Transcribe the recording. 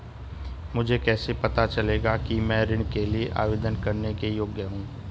मुझे कैसे पता चलेगा कि मैं ऋण के लिए आवेदन करने के योग्य हूँ?